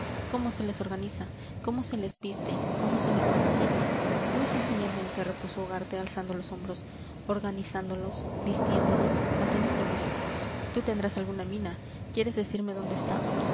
cómo se les organiza cómo se les viste cómo se les mantiene muy sencillamente repuso ugarte alzando los hombros organizándolos vistiéndolos manteniéndolos tú tendrás alguna mina quieres decirme dónde está